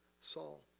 Saul